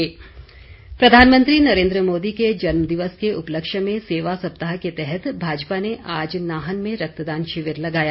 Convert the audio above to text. रक्तदान प्रधानमंत्री नरेन्द्र मोदी के जन्मदिवस के उपलक्ष्य में सेवा सप्ताह के तहत भाजपा ने आज नाहन में रक्तदान शिविर लगाया